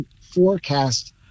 forecast